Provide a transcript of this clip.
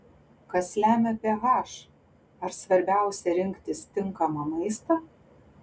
kas lemia ph ar svarbiausia rinktis tinkamą maistą